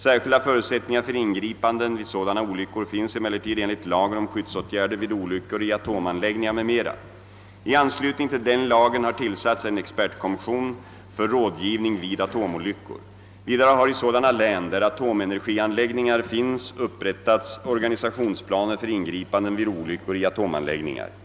Särskilda förutsättningar för ingripanden vid sådana olyckor finns emellertid enligt lagen om skyddsåtgärder vid olyckor i atomanläggningar m.m. I anslutning till den lagen har tillsatts en expertkommission för rådgivning vid atomolyckor. Vidare har i sådana län där atomenergianläggningar finns upprättats organisationsplaner för ingripanden vid olyckor i atomanläggningar.